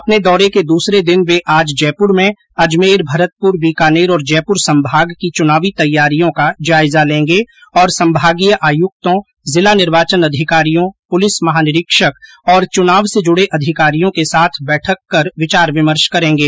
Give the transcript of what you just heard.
अपने दौरे के दूसरे दिन वे आज जयपुर में अजमेर भरतपुर बीकानेर और जयपुर संभाग की चुनावी तैयारियों का जायजा लेंगे और संभागीय आयुक्तों जिला निर्वाचन अधिकारियों पुलिस महानिरीक्षक और चुनाव से जुडे अधिकारियों के साथ बैठक कर विचार विमर्श करेंगे